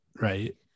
Right